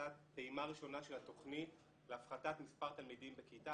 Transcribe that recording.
פעימה ראשונה של התוכנית להפחתת מספר תלמידים בכיתה,